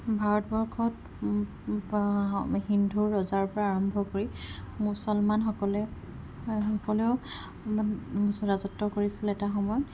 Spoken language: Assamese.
ভাৰতবৰ্ষৰ হিন্ধু ৰজাৰ পৰা আৰম্ভ কৰি মুছলমানসকলে সকলেও ৰাজত্ব কৰিছিল এটা সময়ত